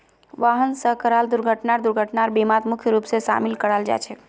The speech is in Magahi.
वाहन स कराल दुर्घटना दुर्घटनार बीमात मुख्य रूप स शामिल कराल जा छेक